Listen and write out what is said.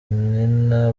nina